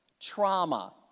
trauma